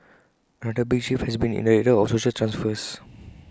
another big shift has been in the area of social transfers